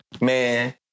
man